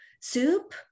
soup